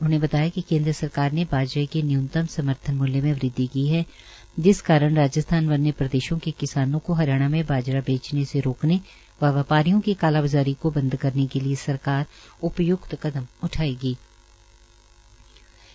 उन्होंने कहा कि केन्द्र सरकार दवारा बाजरे के न्यूनतम समर्थन मूल्य में वृद्धि की गई है जिस कारण राजस्थान व अन्य प्रदेशों के किसानों को हरियाणा में बाजरा बेचने से रोकने व व्यपारियों की कालाबाजारी को बंद करने के लिए सरकार उपय्क्त कदम उठाएंगी